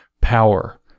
Power